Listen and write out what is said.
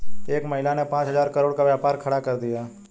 एक महिला ने पांच हजार करोड़ का व्यापार खड़ा कर दिया